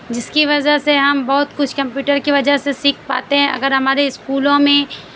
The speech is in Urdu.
جس کی وجہ سے ہم بہت کچھ کمپیوٹر کی وجہ سے سیکھ پاتے ہیں اگر ہمارے اسکولوں میں